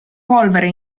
polvere